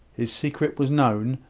his secret was known,